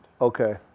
Okay